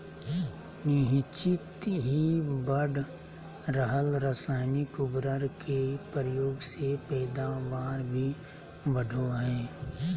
निह्चित ही बढ़ रहल रासायनिक उर्वरक के प्रयोग से पैदावार भी बढ़ो हइ